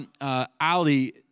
Ali